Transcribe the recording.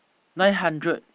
nine hundred